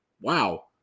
wow